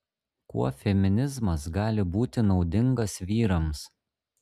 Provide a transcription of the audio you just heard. kuo feminizmas gali būti naudingas vyrams